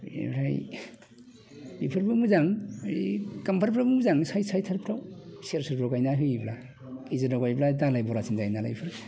इनिफ्राय इफोरबो मोजां ओइ गाम्बारिफ्रा मोजां साइड साइडफ्राव सेर सेरफ्राव गायना होयोब्ला गेजेराव गायोब्ला दालायबरासिन जायो नालाय बेफोर